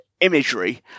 imagery